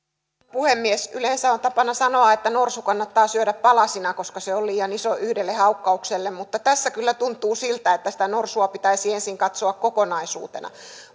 puhemies yleensä on tapana sanoa että norsu kannattaa syödä palasina koska se on liian iso yhdelle haukkaukselle mutta tässä kyllä tuntuu siltä että sitä norsua pitäisi ensin katsoa kokonaisuutena